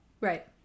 Right